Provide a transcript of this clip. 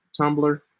Tumblr